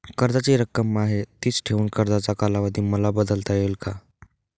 कर्जाची रक्कम आहे तिच ठेवून कर्जाचा कालावधी मला बदलता येईल का?